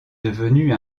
devenue